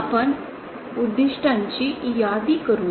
आपण उद्धिष्टांची यादी करूया